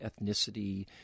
ethnicity